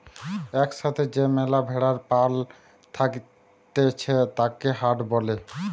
এক সাথে যে ম্যালা ভেড়ার পাল থাকতিছে তাকে হার্ড বলে